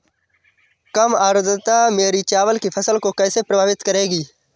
कम आर्द्रता मेरी चावल की फसल को कैसे प्रभावित करेगी?